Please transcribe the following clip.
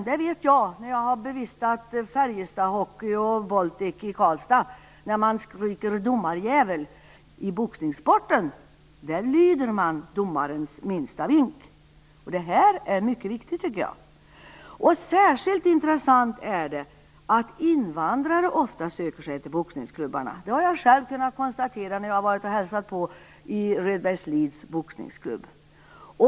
Jag har bevistat ishockeymatcher med Färjestad och bandymatcher med Boltic i Karlstad där man skriker domardjävel. I boxningssporten lyder man domarens minsta vink. Detta är mycket viktigt, tycker jag. Särskilt intressant är det att invandrare ofta söker sig till boxningsklubbarna. Det har jag själv kunnat konstatera när jag varit och hälsat på i Redbergslids boxningsklubb.